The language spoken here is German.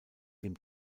dem